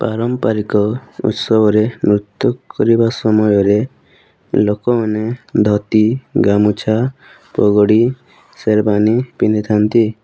ପାରମ୍ପାରିକ ଉତ୍ସବରେ ନୃତ୍ୟ କରିବା ସମୟରେ ଲୋକମାନେ ଧୋତି ଗାମୁଛା ପଗଡ଼ି ସେରୱାନି ପିନ୍ଧିଥାନ୍ତି